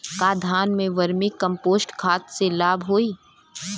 का धान में वर्मी कंपोस्ट खाद से लाभ होई?